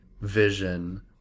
vision